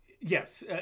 yes